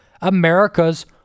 America's